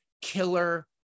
killer